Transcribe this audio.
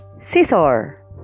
Scissor